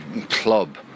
club